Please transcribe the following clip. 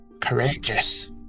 courageous